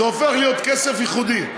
זה הופך להיות כסף ייחודי.